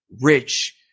rich –